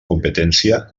competència